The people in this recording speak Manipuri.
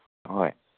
ꯍꯣꯏ